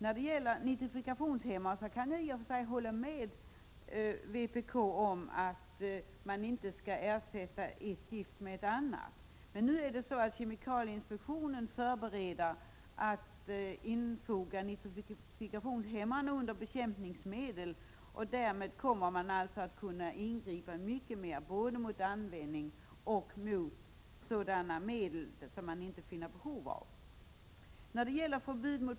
Vad beträffar nitrifikationshämmare kan jag i och för sig hålla med vpk om att man inte skall ersätta ett gift med ett annat. Kemikalieinspektionen förbereder att infoga nitrifikationshämmare under bekämpningsmedel, och därmed kommer man att kunna ingripa mycket mer både mot användningen över huvud taget och mot användning av sådana medel som man inte anser att det finns behov av.